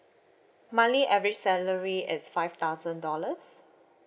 monthly average salary is five thousand dollars